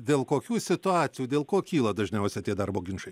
dėl kokių situacijų dėl ko kyla dažniausia tie darbo ginčai